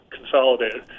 consolidated